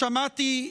שמעתי,